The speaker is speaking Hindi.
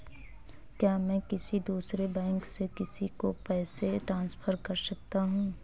क्या मैं किसी दूसरे बैंक से किसी को पैसे ट्रांसफर कर सकता हूं?